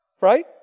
right